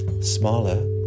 smaller